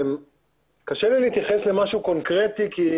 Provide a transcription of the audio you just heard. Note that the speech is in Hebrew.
קשה לי להתייחס למשהו קונקרטי אני